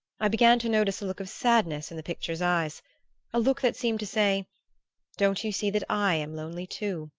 i began to notice a look of sadness in the picture's eyes a look that seemed to say don't you see that i am lonely too